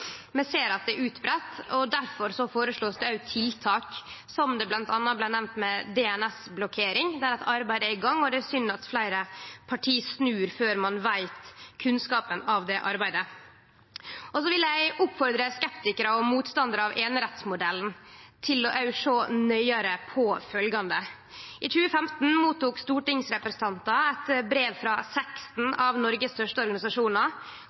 Vi ser at det er utbreidd, og difor blir det som nemnt òg føreslått tiltak, bl.a. med DNS-blokkering. Der er det eit arbeid i gang, og det er synd at fleire parti snur før ein har fått kunnskap av det arbeidet. Eg vil oppmode skeptikarar og motstandarar av einerettsmodellen til å sjå nøyare på følgjande: I 2015 tok stortingsrepresentantar imot eit brev frå 16 av Noregs største